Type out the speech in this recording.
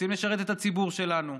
רוצים לשרת את הציבור שלנו,